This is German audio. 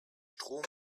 strom